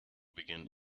begin